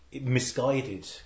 misguided